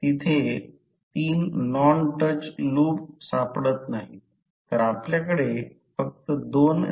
तर उदाहरणार्थ समजा हे एक साधे सर्किट आहे हा करंट सोर्स आहे जो सहज समजण्यासाठी i t ने दर्शविला आहे आणि v यामधील व्होल्टेज आहे